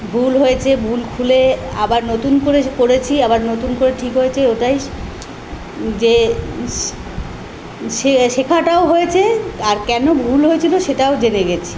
ভুল হয়েছে ভুল খুলে আবার নতুন করে করেছি আবার নতুন করে ঠিক হয়েছে ওটাই যে শে শেখাটাও হয়েছে আর কেন ভুল হয়েছিল সেটাও জেনে গেছি